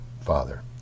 father